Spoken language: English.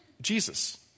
Jesus